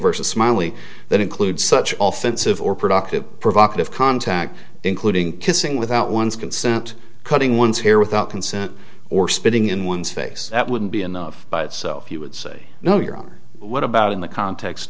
versus smiley that includes such all fits of or productive provocative contact including kissing without one's consent cutting one's here without consent or spitting in one's face that wouldn't be enough by itself you would say no your honor what about in the context